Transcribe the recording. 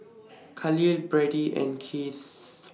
Khalil Berdie and Keith